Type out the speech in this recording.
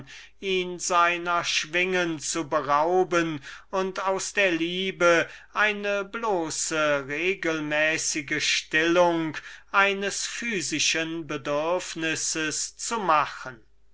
und seiner pfeile zu berauben und aus der liebe eine bloße regelmäßige stillung eines physischen bedürfnisses zu machen